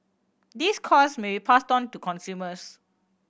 these costs may be passed on to consumers